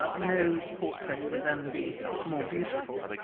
but no portrait would then be more beautiful.